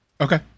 okay